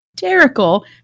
hysterical